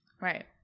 Right